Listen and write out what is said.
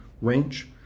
range